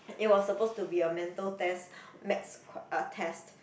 it was suppose to be a mental test maths um test